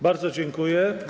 Bardzo dziękuję.